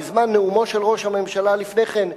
בזמן נאומו של ראש הממשלה לפני כן,